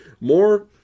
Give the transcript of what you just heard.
more